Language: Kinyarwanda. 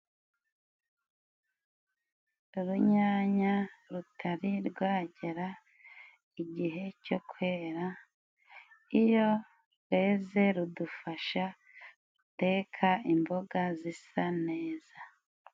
Urunyanya rutari rwagera igihe cyo kwera, iyo rweze rudufasha guteka imboga zisa neza.